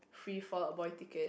free Fall Out Boys ticket